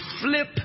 flip